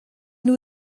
nhw